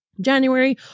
January